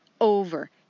over